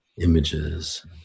images